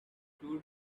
stood